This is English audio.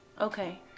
Okay